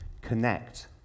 connect